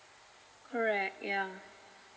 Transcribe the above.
correct yeah